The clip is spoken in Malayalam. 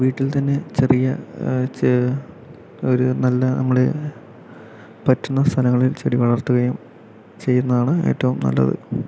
വീട്ടിൽ തന്നെ ചെറിയ ഒരു നല്ല നമ്മള് പറ്റുന്ന സ്ഥലങ്ങളിൽ ചെടി വളർത്തുകയും ചെയ്യുന്നതാണ് ഏറ്റവും നല്ലത്